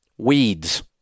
Weeds